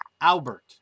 Albert